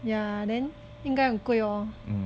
ya then 应该很贵哦